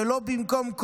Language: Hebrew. ולא במקום,